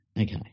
Okay